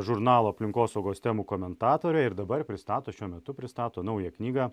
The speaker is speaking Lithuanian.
žurnalo aplinkosaugos temų komentatorė ir dabar pristato šiuo metu pristato naują knygą